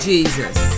Jesus